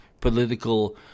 political